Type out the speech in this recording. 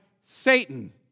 Satan